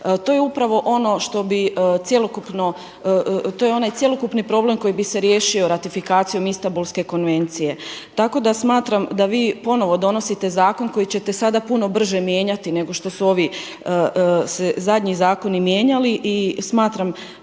To je upravo ono što bi cjelokupno, to je onaj cjelokupni problem koji bi se riješio ratifikacijom Istambulske konvencije. Tako da smatram da vi ponovno donosite zakon koji ćete sada puno brže mijenjati nego što su se ovi zadnji zakoni mijenjali i smatram